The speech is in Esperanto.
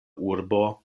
urbo